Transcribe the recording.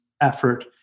effort